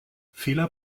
fehler